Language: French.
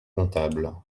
comptable